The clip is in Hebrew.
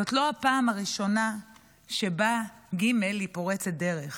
זו לא הפעם הראשונה שבה ג' היא פורצת דרך.